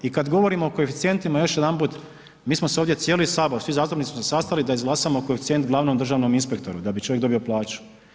I kad govorimo o koeficijentima, još jedanput, mi smo se ovdje cijeli Sabor, svi zastupnici se sastali da izglasamo koeficijent glavnom državnom inspektoru da bi čovjek dobio plaću.